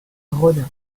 rodin